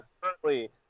currently